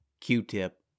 Q-Tip